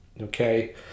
Okay